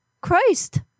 christ